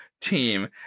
team